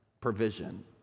provision